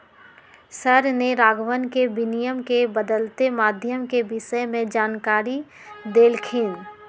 sir ने राघवन के विनिमय के बदलते माध्यम के विषय में जानकारी देल खिन